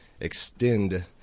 extend